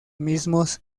mismos